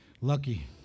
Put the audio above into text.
Lucky